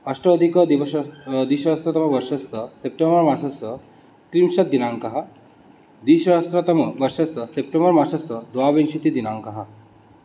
अष्ट अधिक द्विसहस्रतमवर्षस्य सेप्टेम्बर्मासस्य त्रिंशद्दिनाङ्कः द्विसहस्रतमवर्षस्य सेप्टेम्बर्मासस्य द्वाविंशतिदिनाङ्कः